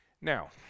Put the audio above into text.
Now